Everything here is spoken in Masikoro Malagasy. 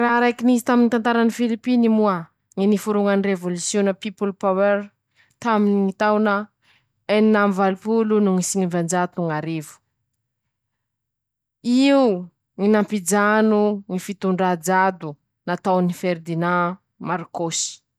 Raha raiky nisy taminy tantarany Filipiny moa: ñy niforoñany revôlisiôna Pipolpaôera taminy ñy taona enin'amby valopolo no sivanjato no ñ'arivo, io ñy nampijano ñy fitondrà jado nataon'i Feridinà Marikôsy.